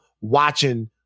watching